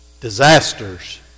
disasters